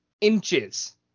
inches